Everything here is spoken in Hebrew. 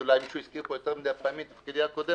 מישהו הזכיר פה יותר מדי פעמים את תפקידי הקודם